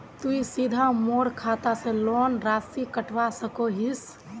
तुई सीधे मोर खाता से लोन राशि कटवा सकोहो हिस?